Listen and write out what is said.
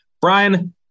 Brian